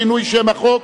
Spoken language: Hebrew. שינוי שם החוק),